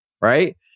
Right